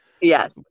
Yes